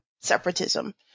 separatism